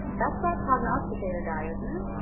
that's that prognisticator guy, isn't it?